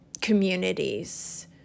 communities